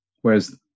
Whereas